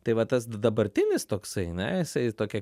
tai va tas dabartinis toksai ne jisai tokia